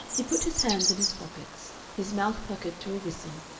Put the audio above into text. he put his hands in his pockets, his mouth puckered to a whistle,